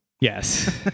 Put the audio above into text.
yes